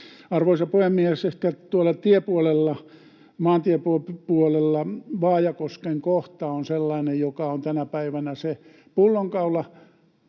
tiepuolella, maantiepuolella, Vaajakosken kohta on sellainen, joka on tänä päivänä se pullonkaula,